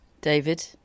David